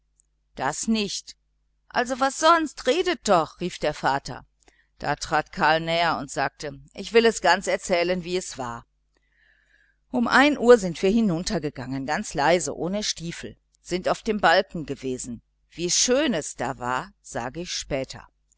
das nicht also was sonst redet doch rief der vater da trat karl näher und sagte ich will es ganz erzählen wie es war um ein uhr sind wir hinunter gegangen ganz leise ohne stiefel sind auf den balken gewesen wie schön es da war sage ich später